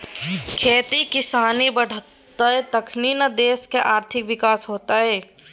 खेती किसानी बढ़ितै तखने न देशक आर्थिक विकास हेतेय